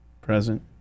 Present